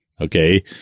okay